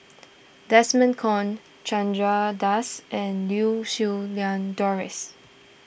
Desmond Kon Chandra Das and Liew Siew Lang Doris